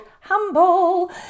humble